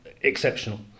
exceptional